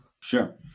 Sure